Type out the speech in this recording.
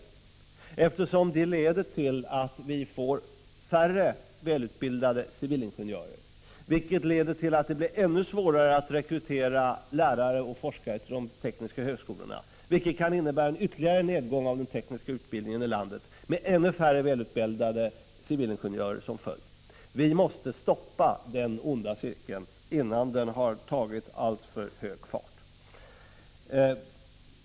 Denna kris leder nämligen till att vi får färre välutbildade civilingenjörer, vilket leder till att det blir ännu svårare att rekrytera lärare och forskare till de tekniska högskolorna — vilket kan innebära en ytterligare nedgång för den tekniska utbildningen i landet, med ännu färre välutbildade civilingenjörer som följd. Vi måste stoppa den onda cirkeln innan den har tagit alltför hög fart.